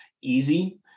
easy